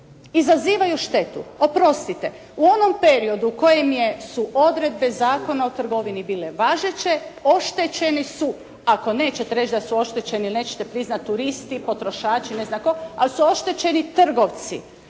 Izazivaju štetu, oprostite, u onom periodu u kojem su odredbe Zakona o trgovini bile važeće, oštećene su, ako nećete reći da su oštećeni ili nećete priznati turisti, potrošači ili ne znam tko, ali su oštećeni trgovci.